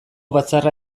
batzarra